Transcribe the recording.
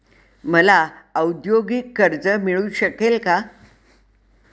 मला औद्योगिक कर्ज मिळू शकेल का?